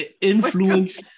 influence